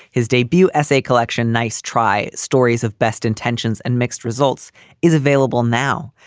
his debut essay collection, nice try stories of best intentions and mixed results is available now.